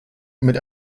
mit